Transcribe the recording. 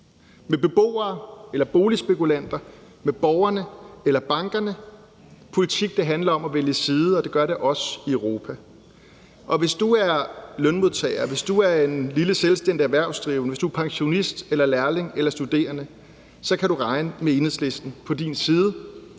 med beboere eller boligspekulanter eller på side med borgerne eller bankerne? Politik handler om at vælge side, og det gør det også i Europa. Hvis du er lønmodtager, hvis du er en lille selvstændig erhvervsdrivende, eller hvis du er pensionist, lærling eller studerende, så kan du regne med at have Enhedslisten din side,